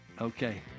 okay